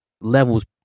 levels